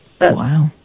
Wow